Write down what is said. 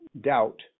doubt